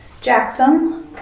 Jackson